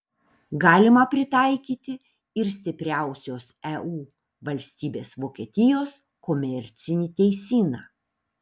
galima pritaikyti ir stipriausios eu valstybės vokietijos komercinį teisyną